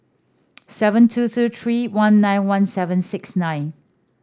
seven two two three one nine one seven six nine